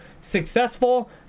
successful